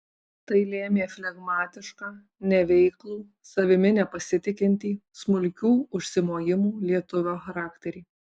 tai lėmė flegmatišką neveiklų savimi nepasitikintį smulkių užsimojimų lietuvio charakterį